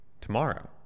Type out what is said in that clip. tomorrow